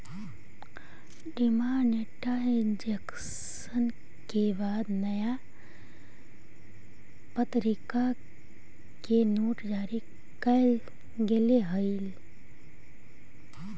demonetisation के बाद नया प्तरीका के नोट जारी कैल गेले हलइ